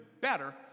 better